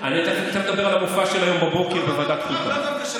חשבתי שאתה מדבר על המופע של היום בבוקר בוועדת חוקה.